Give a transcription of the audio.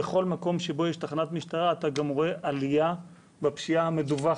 בכל מקום שבו יש תחנת משטרה אתה רואה עלייה בפשיעה המדווחת.